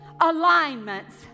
alignments